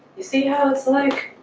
you see how it's like